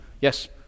Yes